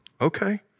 Okay